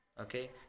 Okay